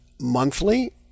monthly